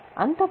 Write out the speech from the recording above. అంతః ప్రేరణ